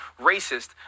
racist